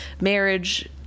marriage